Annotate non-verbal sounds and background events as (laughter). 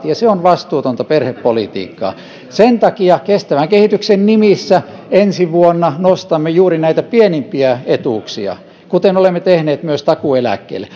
(unintelligible) ja se on vastuutonta perhepolitiikkaa sen takia kestävän kehityksen nimissä ensi vuonna nostamme juuri näitä pienimpiä etuuksia kuten olemme tehneet myös takuueläkkeelle (unintelligible)